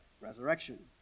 resurrection